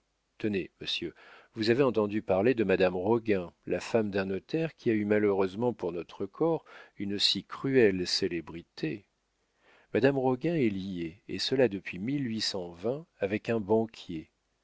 tenez monsieur vous avez entendu parler de madame roguin la femme d'un notaire qui a eu malheureusement pour notre corps une si cruelle célébrité madame roguin est liée et cela depuis avec un banquier